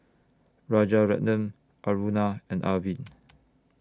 Rajaratnam Aruna and Arvind